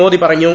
മോദി പറഞ്ഞു